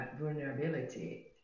vulnerability